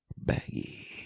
baggy